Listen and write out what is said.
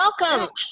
welcome